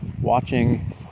watching